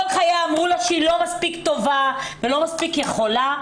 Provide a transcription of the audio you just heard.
חייה אמרו לה שהיא לא מספיק טובה ולא מספיק יכולה.